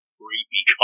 creepy